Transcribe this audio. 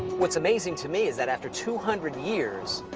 what's amazing to me is that after two hundred years,